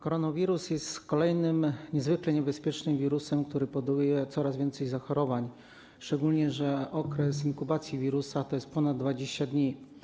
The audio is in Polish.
Koronawirus jest kolejnym niezwykle niebezpiecznym wirusem, który powoduje coraz więcej zachorowań, szczególnie że okres inkubacji wirusa wynosi ponad 20 dni.